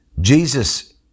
Jesus